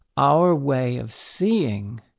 our way of seeing,